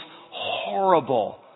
horrible